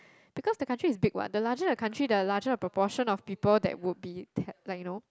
because the county is big what the larger the country the larger the proportion of people that would be like you know